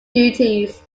duties